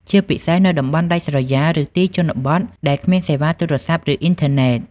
ជាពិសេសនៅតំបន់ដាច់ស្រយាលឬទីជនបទដែលគ្មានសេវាទូរស័ព្ទ ឬអុីនធឺណិត។